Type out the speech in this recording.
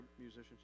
musicians